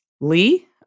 Lee